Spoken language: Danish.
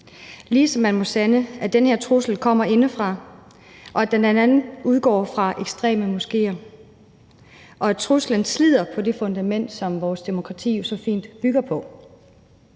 ligesom man må sande, at den her trussel kommer indefra, og at den bl.a. udgår fra ekstreme moskéer. Truslen slider på det fundament, som vores demokrati jo så fint bygger på.